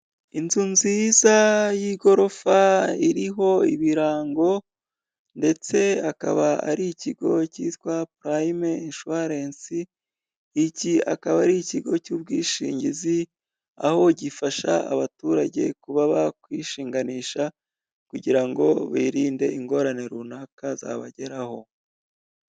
Inzu nziza y'igorofa iriho ibirango ndetse akaba ari ikigo cyitwa purayime inshuwarensi, iki akaba ari ikigo cy'ubwishingizi aho gifasha abaturage kuba bakwishinganisha kugira ngo birinde ingorane runaka zabageraho.